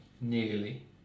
Nearly